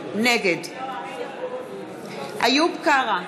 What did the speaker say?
נגד איוב קרא,